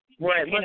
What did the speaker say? Right